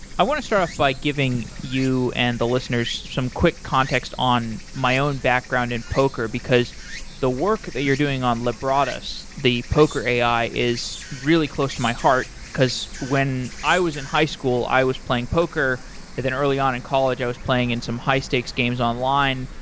i want to start off by giving you and the listeners some quick context on my own background in poker, because the work that you're doing on lebradas, the poker ai, is really close to my heart because when i was in high school i was playing poker, and then earlier on in college i was playing in some high stakes games online.